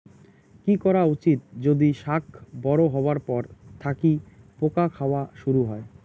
কি করা উচিৎ যদি শাক বড়ো হবার পর থাকি পোকা খাওয়া শুরু হয়?